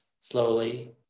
slowly